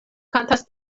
kantas